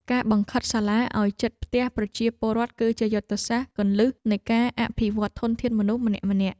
ការបង្ខិតសាលារៀនឱ្យជិតផ្ទះប្រជាពលរដ្ឋគឺជាយុទ្ធសាស្ត្រគន្លឹះនៃការអភិវឌ្ឍន៍ធនធានមនុស្សម្នាក់ៗ។